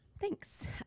Thanks